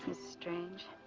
strange.